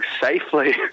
safely